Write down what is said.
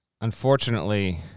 Unfortunately